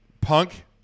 punk